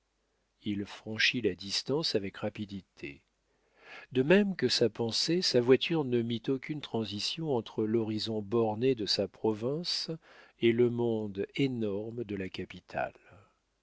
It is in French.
il franchit la distance avec rapidité de même que la pensée sa voiture ne mit aucune transition entre l'horizon borné de sa province et le monde énorme de la capitale